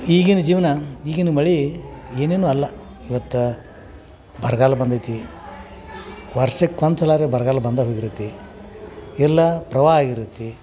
ಈಗಿನ ಜೀವನ ಈಗಿನ ಮಳೆ ಏನೇನೂ ಅಲ್ಲ ಇವತ್ತು ಬರ್ಗಾಲ ಬಂದೈತಿ ವರ್ಷಕ್ಕೆ ಒಂದು ಸಲ ಅರೆ ಬರ್ಗಾಲ ಬಂದೇ ಹೋಗಿರುತ್ತೆ ಇಲ್ಲ ಪ್ರವಾಹ ಆಗಿರುತ್ತೆ